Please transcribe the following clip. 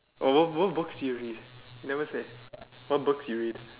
or what what what books do you read you never say what books do you read